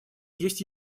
есть